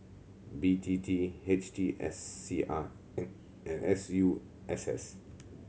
B T T H T S C I and S U S S